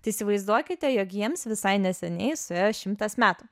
tai įsivaizduokite jog jiems visai neseniai suėjo šimtas metų